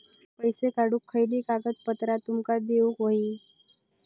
पैशे पाठवुक खयली कागदपत्रा तुमका देऊक व्हयी?